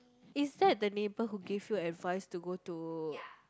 is that the neighbour who give you advise to go to